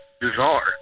bizarre